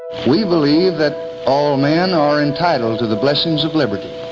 we believe that all men are entitled to the blessings of liberty,